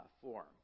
form